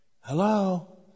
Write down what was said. Hello